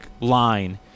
line